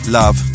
love